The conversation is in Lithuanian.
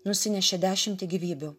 nusinešė dešimtį gyvybių